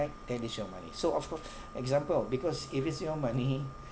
that is your money so of co~ example because if it's your money